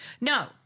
No